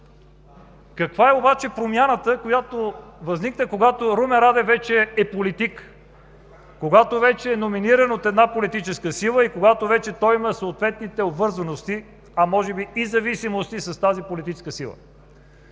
Каква е обаче промяната, която възникна, когато Румен Радев вече е политик, когато вече е номиниран от една политическа сила и когато той има вече съответните обвързаности, а може би и зависимости с тази политическа сила?